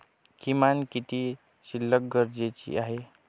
किमान किती शिल्लक गरजेची आहे?